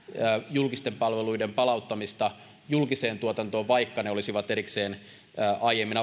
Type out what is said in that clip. julkisten palveluiden palauttamista julkiseen tuotantoon vaikka ne olisi erikseen aiemmin